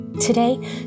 Today